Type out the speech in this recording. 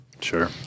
Sure